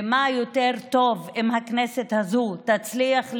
ומה יותר טוב אם הכנסת הזאת תצליח,